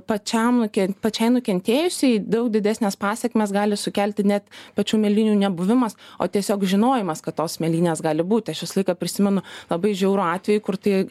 pačiam nuke pačiai nukentėjusiai daug didesnes pasekmes gali sukelti ne pačių mėlynių nebuvimas o tiesiog žinojimas kad tos mėlynės gali būti aš visą laiką prisimenu labai žiaurų atvejį kur tai